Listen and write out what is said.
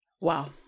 Wow